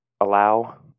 allow